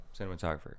cinematographer